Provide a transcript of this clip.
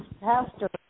pastor